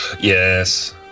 Yes